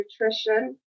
nutrition